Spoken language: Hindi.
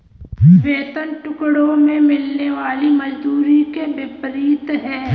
वेतन टुकड़ों में मिलने वाली मजदूरी के विपरीत है